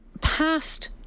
past